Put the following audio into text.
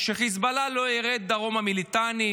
שחיזבאללה לא ירד דרומה מהליטני,